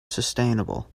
sustainable